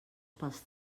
pels